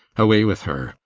away with her,